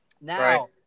Now